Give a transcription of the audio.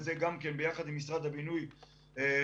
וגם זה ביחד עם משרד הבינוי והשיכון.